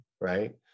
right